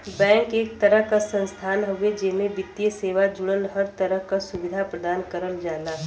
bank एक तरह क संस्थान हउवे जेमे वित्तीय सेवा जुड़ल हर तरह क सुविधा प्रदान करल जाला